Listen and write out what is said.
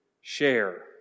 share